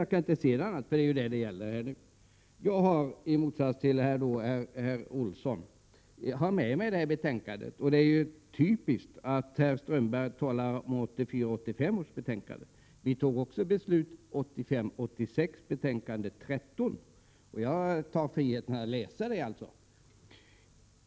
Jag kan inte se det på annat sätt. I motsats till herr Olsson har jag med mig betänkandet upp i talarstolen. Och det är ju typiskt för Håkan Strömberg att tala om 1984 86:13, och jag tar mig friheten att läsa ur detta betänkande.